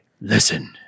Listen